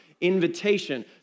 invitation